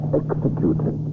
executed